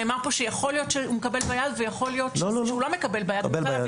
נאמר פה שיכול להיות שהוא מקבל ביד ויכול להיות שהוא לא מקבל ביד.